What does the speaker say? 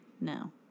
No